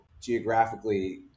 geographically